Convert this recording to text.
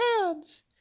hands